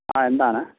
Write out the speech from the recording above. ആ എന്താണ്